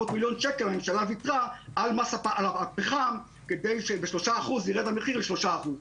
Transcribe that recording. מיליון שקל המדינה ויתרה על הפחם כדי שב-3% יירד המחיר ל-3%.